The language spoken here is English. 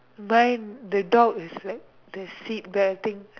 mine the dog is like the seatbelting